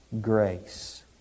grace